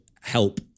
help